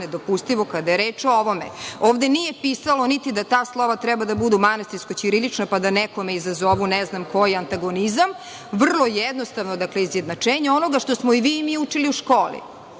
nedopustivo kada je reč o ovome. Ovde nije pisalo niti da ta slova treba da budu manastirsko ćirilična, pa da nekome izazovu ne znam koji antagonizam, vrlo je jednostavno izjednačenje onoga što smo i vi i mi učili u školi.